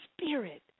spirit